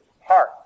heart